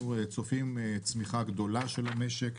אנחנו צופים צמיחה גדולה של המשק,